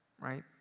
Right